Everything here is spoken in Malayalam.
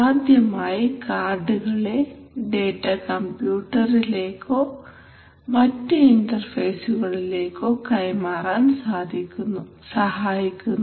ആദ്യമായി കാർഡുകളെ ഡേറ്റ കമ്പ്യൂട്ടറിലേക്കോ മറ്റു ഇൻറർഫേസുകളിലേക്കോ കൈമാറാൻ സഹായിക്കുന്നു